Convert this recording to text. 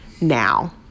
now